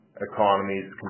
economies